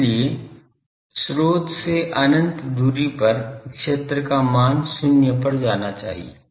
इसलिए स्रोत से अनंत दूरी पर क्षेत्र का मान शून्य पर जाना चाहिए